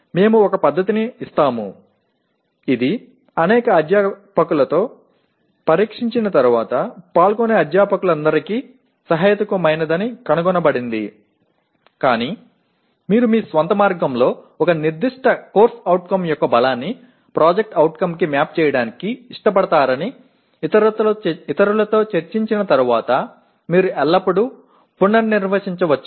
மீண்டும் ஒரு முறை பல ஆசிரியர்களுடன் சோதனை செய்தபின் பங்கேற்கும் அனைத்து ஆசிரியர்களுக்கும் நியாயமானதாகக் கண்டறியப்பட்டது ஆனால் ஒரு குறிப்பிட்ட CO இன் வலிமையை PO க்கு உங்கள் சொந்த வழியில் கோப்பிட விரும்புகிறீர்கள் என்று மற்றவர்களுடன் கலந்துரையாடிய பிறகு நீங்கள் எப்போதும் மறுவரையறை செய்யலாம்